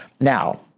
Now